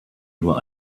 nur